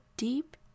deep